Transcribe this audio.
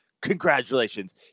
Congratulations